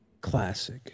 Classic